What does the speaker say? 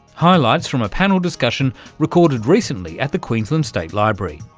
highlights from a panel discussion recorded recently at the queensland state library.